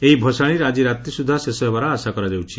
ଏହି ବସାଶୀ ଆକି ରାତ୍ରି ସୁଦ୍ଧା ଶେଷ ହେବାର ଆଶା କରାଯାଉଛି